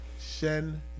Shen